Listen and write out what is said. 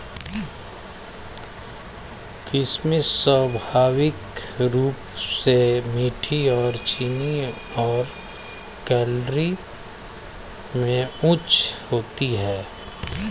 किशमिश स्वाभाविक रूप से मीठी और चीनी और कैलोरी में उच्च होती है